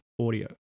audio